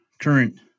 current